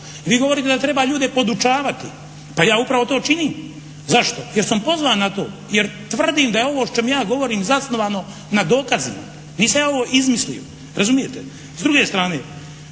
Vi govorite da treba ljude podučavati, pa ja upravo to činim. Zašto? Jer sam pozvan na to, jer tvrdim da je ovo o čemu ja govorim zasnovano na dokazima. Nisam ja ovo izmislio, razumijete.